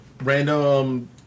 random